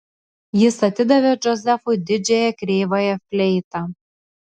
jis atidavė džozefui didžiąją kreivąją fleitą